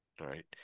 right